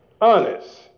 Honest